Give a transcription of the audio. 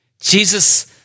Jesus